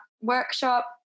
workshop